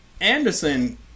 Anderson